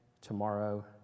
tomorrow